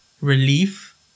relief